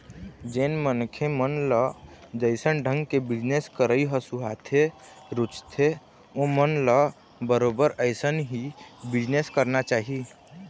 जेन मनखे मन ल जइसन ढंग के बिजनेस करई ह सुहाथे, रुचथे ओमन ल बरोबर अइसन ही बिजनेस करना चाही